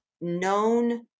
known